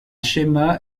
schéma